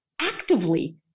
actively